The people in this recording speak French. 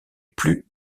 plus